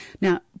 now